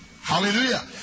Hallelujah